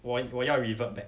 我我要 revert back